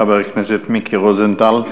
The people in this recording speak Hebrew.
חבר הכנסת מיקי רוזנטל.